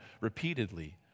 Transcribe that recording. repeatedly